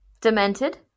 demented